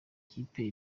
kipe